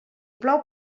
plou